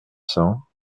cents